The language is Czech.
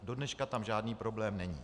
Dodneška tam žádný problém není.